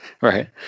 Right